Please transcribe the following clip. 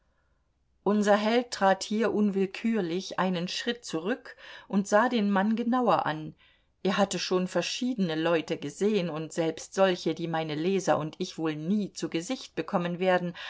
unser held trat hier unwillkürlich einen schritt zurück und sah den mann genauer an er hatte schon verschiedene leute gesehen und selbst solche die meine leser und ich wohl nie zu gesicht bekommen werden